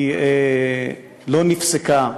היא לא נפסקה,